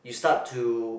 you start to